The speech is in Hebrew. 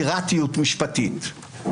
פיראטיות משפטית.